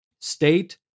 State